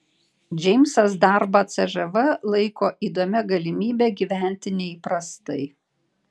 džeimsas darbą cžv laiko įdomia galimybe gyventi neįprastai